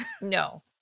No